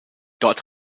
dort